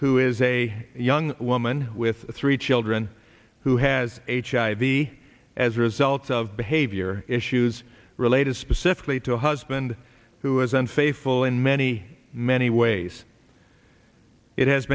who is a young woman with three children who has a charity as a result of behavior issues related specifically to a husband who is unfaithful in many many ways it has